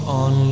on